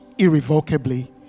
irrevocably